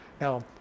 Now